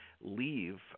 leave